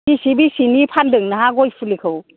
बेसे बेसेनि फान्दों नोंहा गय फुलिखौ